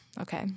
Okay